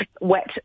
wet